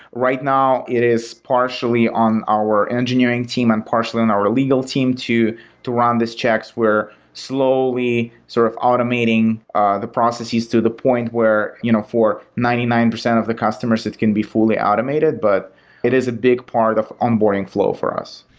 right now it is partially on our engineering team and partially in our legal team to to run these checks. we're slowly sort of automating ah the processes to the point where you know for ninety nine percent of the customers it can be fully automated, but it is a big part of onboarding flow for us.